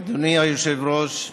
אדוני היושב-ראש,